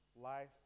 life